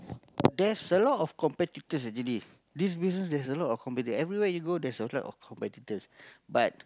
there's a lot of competitors actually this business has a lot of competitors everywhere you go there's a lot of competitors but